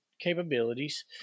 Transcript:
capabilities